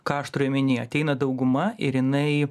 ką aš turiu omenyje ateina dauguma ir jinai